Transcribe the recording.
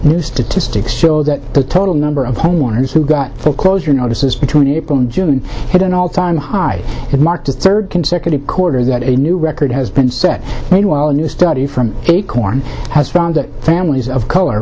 new statistics show that the total number of homeowners who got the closure notices between april and june hit an all time high it marked the third consecutive quarter that a new record has been set meanwhile a new study from acorn has found that families of color